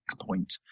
point